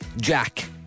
Jack